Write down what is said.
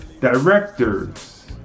Directors